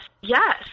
yes